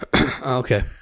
Okay